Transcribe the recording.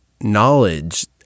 knowledge